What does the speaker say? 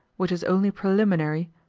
which is only preliminary,